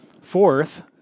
Fourth